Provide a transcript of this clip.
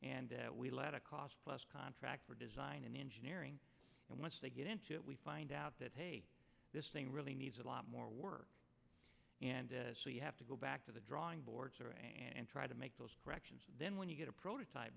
and that we let a cost plus contracts for design and engineering and once they get into it we find out that this thing really needs a lot more work and so you have to go back to the drawing board and try to make those corrections and then when you get prototype